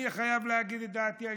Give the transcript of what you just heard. אני חייב להגיד את דעתי האישית,